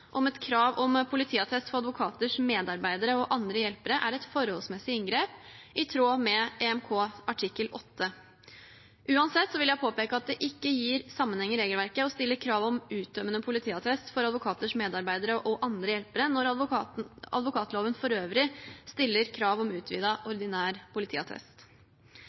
om et krav om politiattest for advokaters medarbeidere og andre hjelpere er et forholdsmessig inngrep i tråd med EMK artikkel 8. Uansett vil jeg påpeke at det ikke gir sammenheng i regelverket å stille krav om uttømmende politiattest for advokaters medarbeidere og andre hjelpere når advokatloven for øvrig stiller krav om utvidet ordinær politiattest.